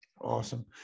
Awesome